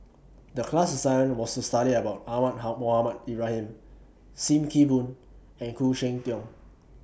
The class assignment was to study about Ahmad Mohamed Ibrahim SIM Kee Boon and Khoo Cheng Tiong